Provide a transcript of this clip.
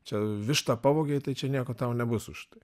čia vištą pavogei tai čia nieko tau nebus už tai